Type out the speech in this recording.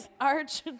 arch